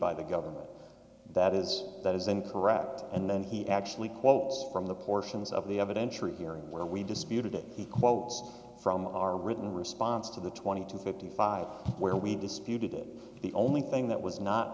by the government that is that is incorrect and then he actually quotes from the portions of the evident truth here and where we disputed it he quotes from our written response to the twenty two fifty five where we disputed it the only thing that was not